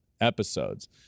episodes